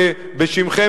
בשמכם,